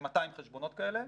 כ-200 חשבונות כאלה.